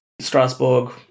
Strasbourg